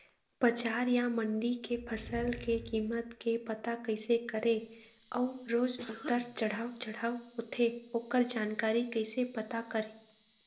बजार या मंडी के फसल के कीमत के पता कैसे करें अऊ रोज उतर चढ़व चढ़व होथे ओकर जानकारी कैसे पता करें?